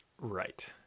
Right